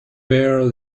bear